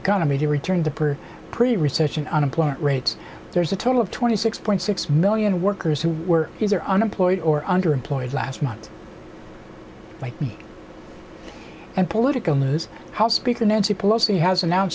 economy to return to power pretty recession unemployment rates there's a total of twenty six point six million workers who were either unemployed or underemployed last month like me and political news house speaker nancy pelosi has an